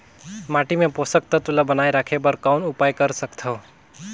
माटी मे पोषक तत्व ल बनाय राखे बर कौन उपाय कर सकथव?